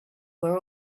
were